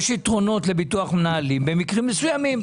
יש יתרונות לביטוח מנהלים במקרים מסוימים.